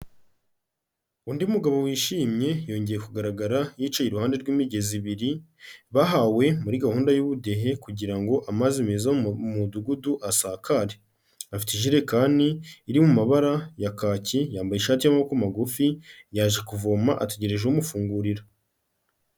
Undi mugabo wishimye, yongeye kugaragara yicaye iruhande rw'imigezi ibiri bahawe muri gahunda y'ubudehe, kugira ngo amazi meza mu mudugudu asakare, afite ijerekani iri mu mabara ya kacyi, yambaye ishati y'amaboko magufi, yaje kuvoma, ategereje umufungurira.